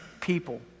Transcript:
people